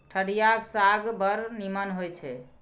ठढियाक साग बड़ नीमन होए छै